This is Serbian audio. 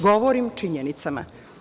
Govorim o činjenicama.